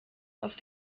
auf